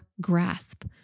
grasp